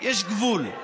יש גבול.